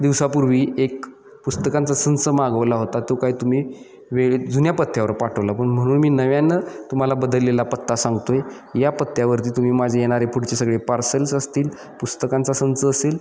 दिवसापूर्वी एक पुस्तकांचा संच मागवला होता तो काय तुम्ही वेळेत जुन्या पत्त्यावर पाठवला पण म्हणून मी नव्यानं तुम्हाला बदललेला पत्ता सांगतो आहे या पत्त्यावरती तुम्ही माझे येणारे पुढचे सगळे पार्सल्स असतील पुस्तकांचा संच असेल